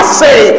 say